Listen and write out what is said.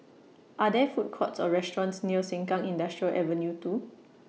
Are There Food Courts Or restaurants near Sengkang Industrial Avenue two